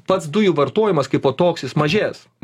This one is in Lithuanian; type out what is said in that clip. pats dujų vartojimas kaipo toks jis mažės